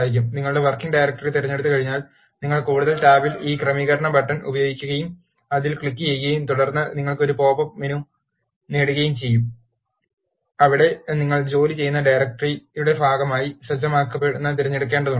നിങ്ങളുടെ working directory തിരഞ്ഞെടുത്തുകഴിഞ്ഞാൽ നിങ്ങൾ കൂടുതൽ ടാബിൽ ഈ ക്രമീകരണ ബട്ടൺ ഉപയോഗിക്കുകയും അതിൽ ക്ലിക്കുചെയ്യുകയും തുടർന്ന് നിങ്ങൾക്ക് ഒരു പോപ്പ്അപ്പ് മെനു നേടുകയും വേണം അവിടെ നിങ്ങൾ ജോലി ചെയ്യുന്ന ഡയറക്ടറിയായി സജ്ജമാക്കുക തിരഞ്ഞെടുക്കേണ്ടതുണ്ട്